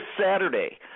Saturday